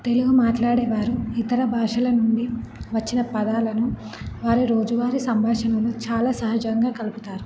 తెలుగు మాట్లాడేవారు ఇతర భాషల నుండి వచ్చిన పదాలను వారి రోజువారి సంభాషణంలో చాలా సహజంగా కలుపుతారు